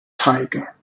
tiger